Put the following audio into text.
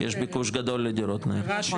כי יש ביקוש גדול לדירות נ"ר.